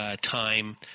time